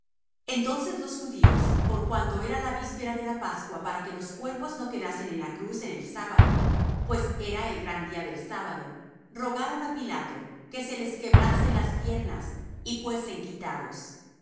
entonces los judíos por cuanto era la víspera de la pascua para que los cuerpos no quedasen en la cruz en el sábado pues era el gran día del sábado rogaron á pilato que se les quebrasen las piernas y fuesen quitados